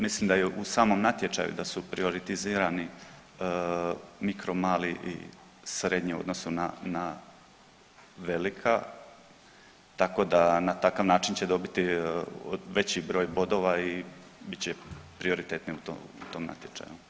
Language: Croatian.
Mislim da je u samom natječaju da su prioritizirani mikro, mali i srednje u odnosu na velika tako da na takav način će dobiti veći broj bodova i bit će prioritetni u tom natječaju.